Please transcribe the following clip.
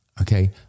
Okay